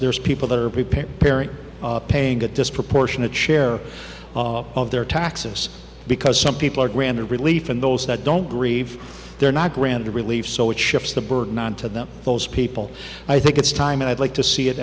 there's people that are prepared parent paying a disproportionate share of their taxes because some people are granted relief from those that don't grieve they're not granted relief so it shifts the burden on to them those people i think it's time and i'd like to see it